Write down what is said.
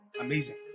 Amazing